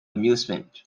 amusement